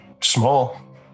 Small